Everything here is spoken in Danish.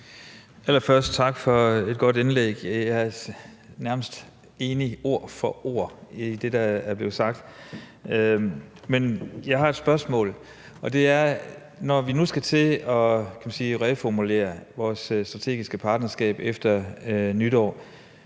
Allerførst tak for et rigtig godt indlæg. Jeg er nærmest enig ord for ord i det, der er blevet sagt, men jeg har et spørgsmål. Når nu vi skal til at, hvad kan man sige, reformulere vores strategiske partnerskab efter nytår,